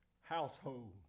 household